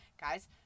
guys